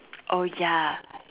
oh ya